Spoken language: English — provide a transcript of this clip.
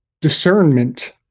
discernment